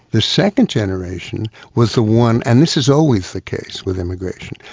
the second generation was the one, and this is always the case with immigration,